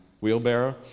wheelbarrow